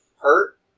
hurt